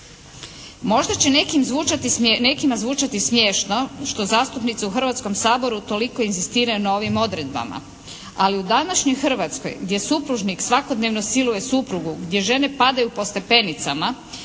Možda će nekima zvučati smiješno što zastupnici u Hrvatskom saboru toliko inzistiraju na ovim odredbama, ali u današnjoj Hrvatskoj gdje supružnik svakodnevno siluje suprugu, gdje žene padaju po stepenicama